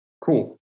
cool